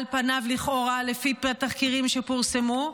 על פניו, לכאורה, לפי תחקירים שפורסמו.